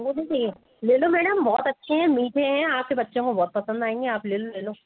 अंगूर नहीं चाहिए ले लो मेडम बहुत अच्छे है मीठे है आपके बच्चों को बहुत पसंद आएंगे आप लेलो लेलो